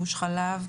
גוש חלב,